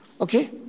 Okay